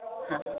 ಹಾಂ